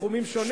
בתחומים שונים.